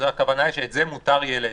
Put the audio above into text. הכוונה היא שאת זה מותר יהיה לאסור.